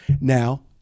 Now